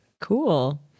Cool